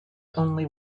only